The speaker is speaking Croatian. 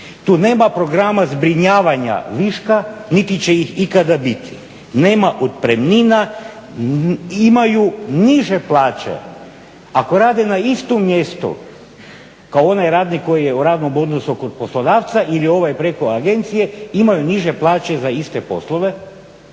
tu nema programa zbrinjavanja viška niti će ih ikada biti, nema otpremnina, imaju niže plaće. Ako rade na istom mjestu kao onaj radnik koji je u radnom odnosu kod poslodavca ili ovaj preko agencije imaju iste plaće za iste poslove